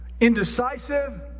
indecisive